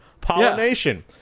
pollination